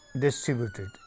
distributed